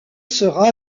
sera